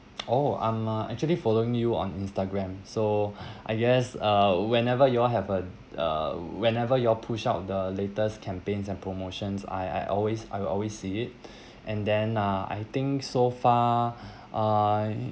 oh I'm uh actually following you on Instagram so I guess uh whenever you all have a uh whenever y'all push out the latest campaigns and promotions I I always I'll always see it and then uh I think so far uh